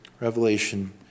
Revelation